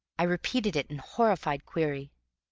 i repeated it in horrified query.